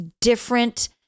different